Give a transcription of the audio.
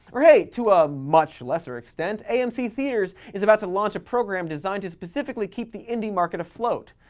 or hey, to a much lesser extent, amc theaters is about to launch a program designed to specifically keep the indie market afloat.